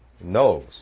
knows